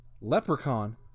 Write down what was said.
leprechaun